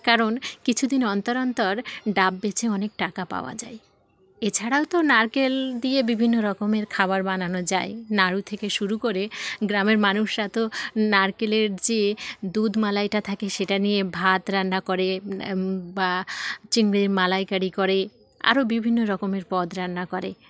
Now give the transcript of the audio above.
কারণ কিছু দিন অন্তর অন্তর ডাব বেছে অনেক টাকা পাওয়া যায় এছাড়াও তো নারকেল দিয়ে বিভিন্ন রকমের খাবার বানানো যায় নাড়ু থেকে শুরু করে গ্রামের মানুষ এত নারকেলের যে দুধ মালাইটা থাকে সেটা নিয়ে ভাত রান্না করে বা চিংড়ির মালাইকারি করে আরও বিভিন্ন রকমের পদ রান্না করে